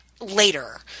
later